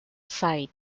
side